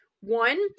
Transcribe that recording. One